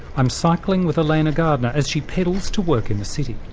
i'm cycling with elaena gardiner as she pedals to work in the city,